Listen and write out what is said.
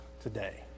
today